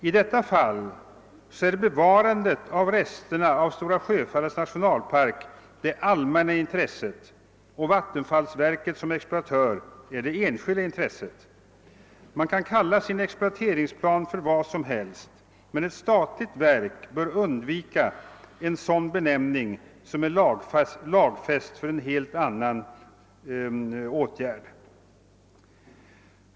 I detta fall är bevarandet av resterna av Stora Sjöfallets nationalpark det allmänna intresset och vattenfallsverket som €exploatör det enskilda. Man kan kalla sin exploateringsplan för vad som helst, men ett statligt verk bör undvika en benämning som är lagfäst för ett helt annat ändamål.